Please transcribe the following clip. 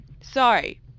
Sorry